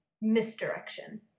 misdirection